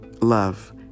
love